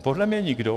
Podle mě nikdo.